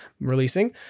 releasing